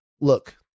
look